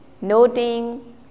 noting